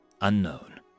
Unknown